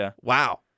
Wow